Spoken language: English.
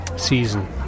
season